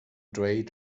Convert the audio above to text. dweud